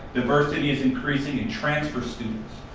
diversity is increasing. and transfer students.